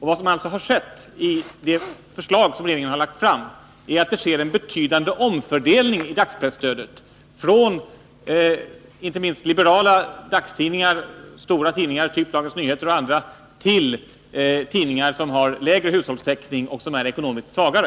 Vad som sker genom det förslag som regeringen lagt fram är att det blir en betydande omfördelning av dagspresstödet, från inte minst liberala stora dagstidningar, såsom Dagens Nyheter, till tidningar som har en lägre hushållstäckning och som är ekonomiskt svagare.